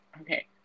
Okay